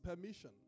permission